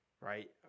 right